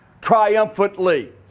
triumphantly